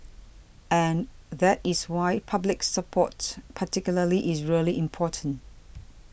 and that is why public support particularly is really important